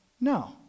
no